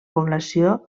població